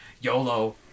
YOLO